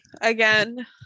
Again